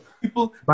people